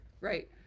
Right